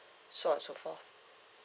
so on and so forth